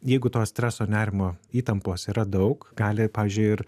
jeigu to streso ir nerimo įtampos yra daug gali pavyzdžiui ir